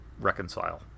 reconcile